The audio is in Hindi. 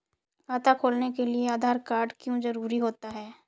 खाता खोलने के लिए आधार कार्ड क्यो जरूरी होता है?